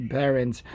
parents